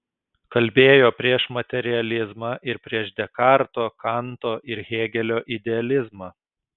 kalbėjo prieš materializmą ir prieš dekarto kanto ir hėgelio idealizmą